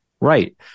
right